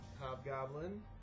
hobgoblin